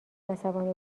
عصبانی